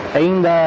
ainda